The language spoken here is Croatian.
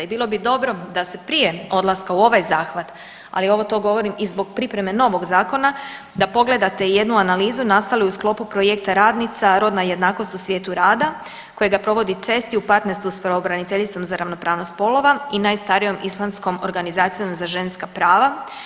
I bilo bi dobro da se prije odlaska u ovaj zahvat, ali ovo to govorim i zbog pripreme novog zakona da pogledate jednu analizu nastalu u sklopu projekta radnica rodna jednakost u svijetu rada kojega provodi CEST i u partnerstvu s pravobraniteljicom za ravnopravnost spolova i najstarijom islandskom organizacijom za ženska prava.